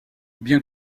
bien